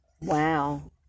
Wow